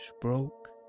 broke